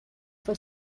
for